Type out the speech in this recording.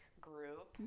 group